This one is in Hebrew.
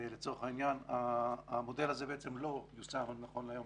לצורך העניין המודל הזה לא יושם עד נכון להיום,